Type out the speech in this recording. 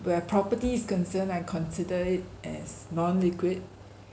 where property is concerned I consider it as non-liquid